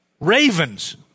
ravens